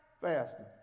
fasting